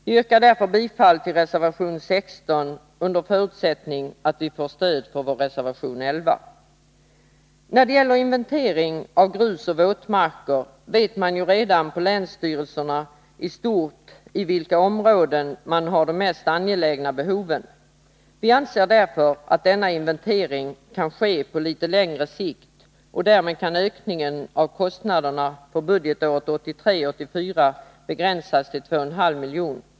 Jag yrkar därför bifall till reservation 16, under förutsättning av bifall till vår reservation Al: När det gäller inventering av grusoch våtmarker vet man redan nu på länsstyrelserna i stort i vilka områden man har de mest angelägna behoven. Vi anser därför att denna inventering kan ske på litet längre sikt, och därmed kan ökningen av kostnaderna för budgetåret 1983/84 begränsas till 2,5 milj.kr.